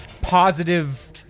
positive